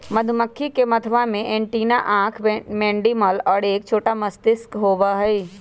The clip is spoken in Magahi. मधुमक्खी के मथवा में एंटीना आंख मैंडीबल और एक छोटा मस्तिष्क होबा हई